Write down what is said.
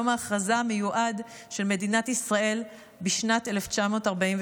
יום ההכרזה המיועד של מדינת ישראל בשנת 1948,